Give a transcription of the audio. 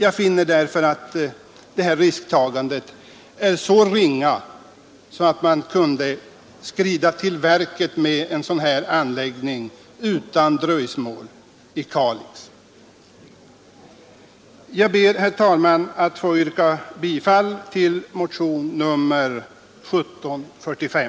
Jag finner således att risktagandet är så ringa att man utan dröjsmål kan skrida till verket med en sådan anläggning i Kalix. Herr talman! Jag ber att få yrka bifall till motionen 1745.